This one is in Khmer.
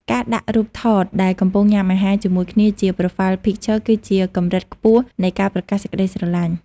ការដាក់រូបថតដែលកំពុងញ៉ាំអាហារជាមួយគ្នាជា Profile Picture គឺជាកម្រិតខ្ពស់នៃការប្រកាសសេចក្ដីស្រឡាញ់។